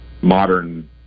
modern